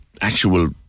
actual